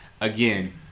again